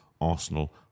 Arsenal